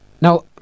Now